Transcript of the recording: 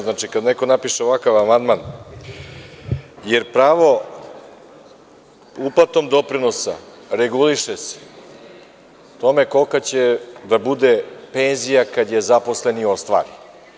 Znači, kada neko napiše ovakav amandman, jer pravo uplatom doprinosa reguliše se po tome kolika će da bude penzija kada je zaposleni ostvari.